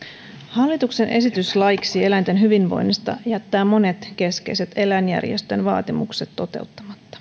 hallituksen esitys laiksi eläinten hyvinvoinnista jättää monet keskeiset eläinjärjestöjen vaatimukset toteuttamatta